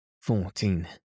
fourteen